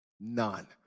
None